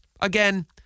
Again